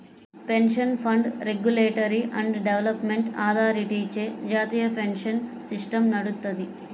pension fund regulatory and development అథారిటీచే జాతీయ pension system నడుత్తది